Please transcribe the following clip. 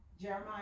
jeremiah